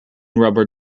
rubber